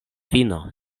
fino